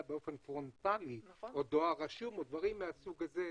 באופן פרונטלי או דואר רשום או דברים מהסוג הזה.